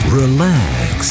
relax